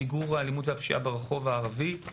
לפני שהגעת הערתי על זה.